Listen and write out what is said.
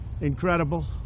incredible